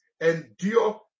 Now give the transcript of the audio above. endure